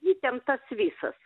įtemptas visas